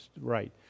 right